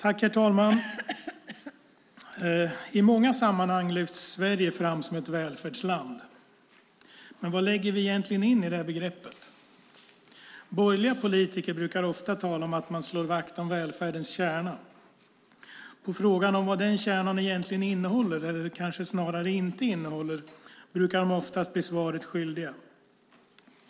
Herr talman! I många sammanhang lyfts Sverige fram som ett välfärdsland. Men vad lägger vi egentligen i detta begrepp? Borgerliga politiker brukar ofta tala om att man slår vakt om välfärdens kärna. På frågan vad den kärnan egentligen innehåller, eller kanske snarare inte innehåller, brukar de oftast bli svaret skyldiga.